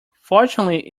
fortunately